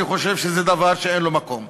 אני חושב שזה דבר שאין לו מקום.